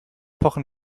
pochen